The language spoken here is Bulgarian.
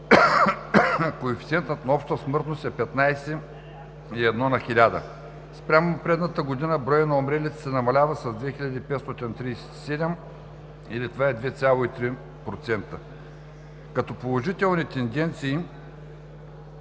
коефициентът на обща смъртност е 15,1 на хиляда. Спрямо предната година броят на умрелите се намалява с 2537, или това е 2,3%. Като положителни тенденции